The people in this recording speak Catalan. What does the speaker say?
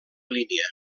línia